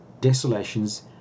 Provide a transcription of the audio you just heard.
desolations